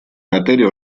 materia